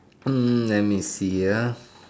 hmm let me see ah